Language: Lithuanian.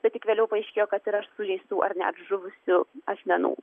tai tik vėliau paaiškėjo kad yra sužeistų ar net žuvusių asmenų